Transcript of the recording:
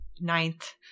ninth –